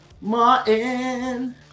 Martin